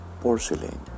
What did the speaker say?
porcelain